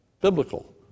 Biblical